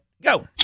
Go